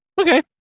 Okay